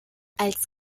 als